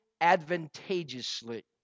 advantageously